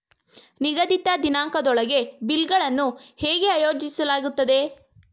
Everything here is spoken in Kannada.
ನಿಗದಿತ ದಿನಾಂಕದೊಳಗೆ ಬಿಲ್ ಗಳನ್ನು ಹೇಗೆ ಆಯೋಜಿಸಲಾಗುತ್ತದೆ?